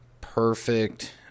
perfect